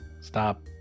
Stop